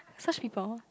such people